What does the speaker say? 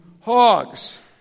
hogs